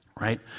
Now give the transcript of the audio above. Right